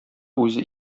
үзе